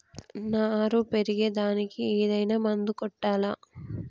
నారు పెరిగే దానికి ఏదైనా మందు కొట్టాలా?